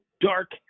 dark